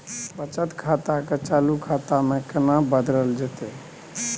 बचत खाता के चालू खाता में केना बदलल जेतै?